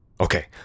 Okay